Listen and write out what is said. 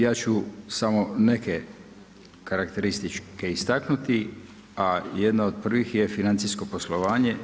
Ja ću samo neke karakteristike istaknuti, a jedna od prvih je financijsko poslovanje.